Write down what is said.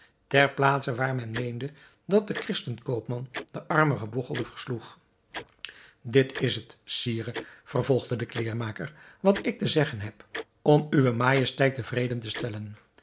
ter plaatse waar men meende dat de christenkoopman den armen gebogchelde versloeg dit is het sire vervolgde de kleêrmaker wat ik te zeggen heb om uwe majesteit tevreden te stellen